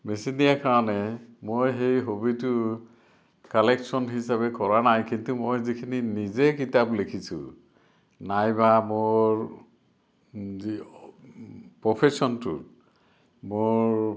বেচি দিয়াৰ কাৰণে মই সেই হবিটো কালেক্টশ্যন হিচাপে কৰা নাই কিন্তু মই যিখিনি নিজে কিতাপ লিখিছোঁ নাইবা মোৰ যি প্ৰফেশ্যনটো মোৰ